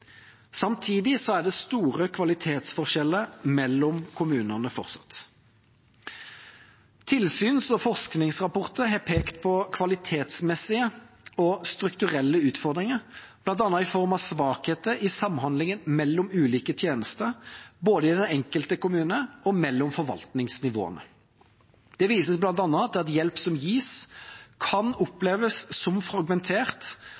Samtidig er det fortsatt store kvalitetsforskjeller mellom kommunene. Tilsyns- og forskningsrapporter har pekt på kvalitetsmessige og strukturelle utfordringer, bl.a. i form av svakheter i samhandlingen mellom ulike tjenester, både i den enkelte kommune og mellom forvaltningsnivåene. Det vises bl.a. til at hjelpa som gis, kan oppleves som fragmentert,